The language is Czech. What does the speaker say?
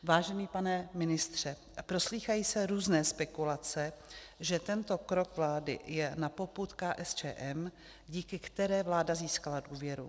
Vážený pane ministře, proslýchají se různé spekulace, že tento krok vlády je na popud KSČM, díky které vláda získala důvěru.